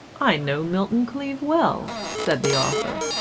i know milton-cleave well, said the author.